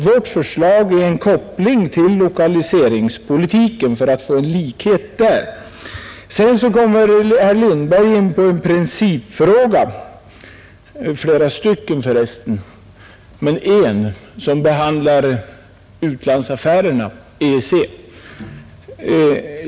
Vårt förslag är alltså en koppling till lokaliseringspolitiken för att få en likhet i det avseendet. Sedan kommer herr Lindberg in på flera stycken principfrågor, och en av dem gäller utlandsaffärerna och EEC.